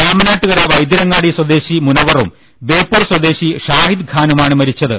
രാമനാട്ടുകര വൈദ്യരങ്ങാടി സ്വദേശി മുനവറും ബേപ്പൂർ സ്വദേശി ഷാഹിദ് ഖാനുമാണ് മരിച്ചത്